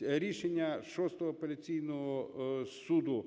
Рішення шостого Апеляційного суду